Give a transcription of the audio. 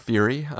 Fury